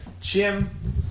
Jim